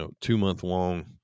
two-month-long